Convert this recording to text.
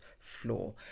floor